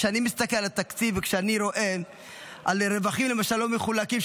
כשאני מסתכל על התקציב וכשאני רואה למשל את הרווחים הלא-מחולקים,